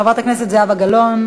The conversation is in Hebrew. חברת הכנסת זהבה גלאון,